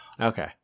Okay